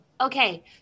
Okay